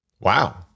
Wow